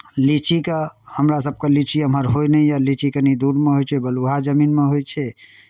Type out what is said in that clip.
लीचीके हमरासभकेँ लीची एम्हर होइ नहि यए लीची कनि दूरमे होइ छै बलुआहा जमीनमे होइत छै